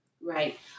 Right